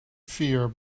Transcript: fear